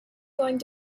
going